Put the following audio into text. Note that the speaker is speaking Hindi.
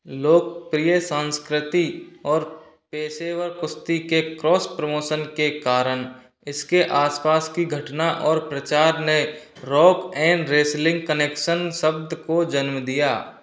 लोकप्रिय संस्कृति और पेशेवर कुश्ती के क्रॉस प्रमोशन के कारण इसके आसपास की घटना और प्रचार ने रॉक एन रेसलिंग कनेक्शन शब्द को जन्म दिया